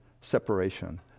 separation